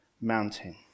mountain